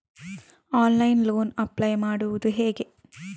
Online loan apply ಮಾಡುವುದು ಹೇಗೆ?